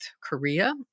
Korea